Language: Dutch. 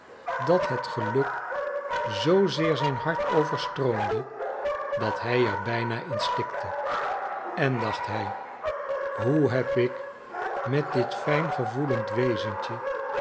dat het geluk zoozeer zijn hart overstroomde dat hij er bijna in stikte en dacht hij hoe heb ik met dit fijn gevoelend wezentje